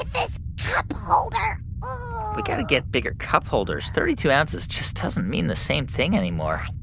this cup holder we got to get bigger cup holders. thirty-two ounces just doesn't mean the same thing anymore